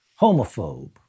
Homophobe